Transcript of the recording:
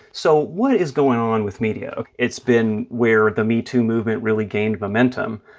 so what is going on with media? it's been where the metoo movement really gained momentum.